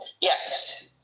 Yes